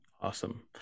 Awesome